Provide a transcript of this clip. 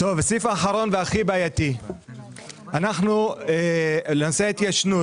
לפני כן היא חיה חמש שנים